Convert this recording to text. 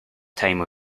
time